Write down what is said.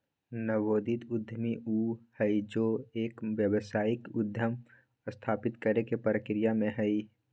नवोदित उद्यमी ऊ हई जो एक व्यावसायिक उद्यम स्थापित करे के प्रक्रिया में हई